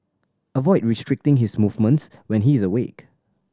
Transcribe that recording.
avoid restricting his movements when he is awake